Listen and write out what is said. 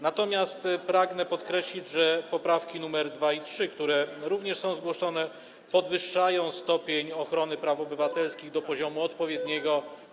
Natomiast pragnę podkreślić, że poprawki nr 2 i 3, które również są zgłoszone, podwyższają stopień ochrony praw obywatelskich do poziomu odpowiedniego.